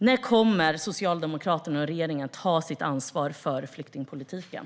När kommer Socialdemokraterna och regeringen att ta sitt ansvar för flyktingpolitiken?